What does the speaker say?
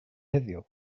heddiw